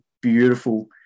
Beautiful